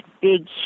big